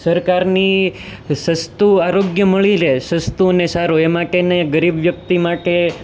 સરકારની સસ્તુ આરોગ્ય મળી રહે સસ્તુ અને સારું એ માટેને ગરીબ વ્યક્તિ માટે